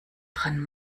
dran